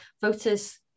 voters